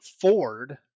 ford